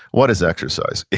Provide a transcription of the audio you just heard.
what is exercise?